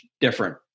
different